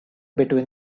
between